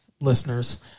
listeners